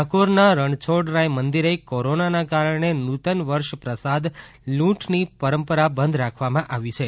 ડાકોરના રણછોડરાય મંદિરે કોરોનાના કારણે નૂતન વર્ષ પ્રસાદ લૂંટની પરંપરા બંધ રાખવમાં આવી છે